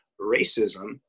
racism